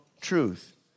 truth